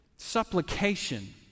Supplication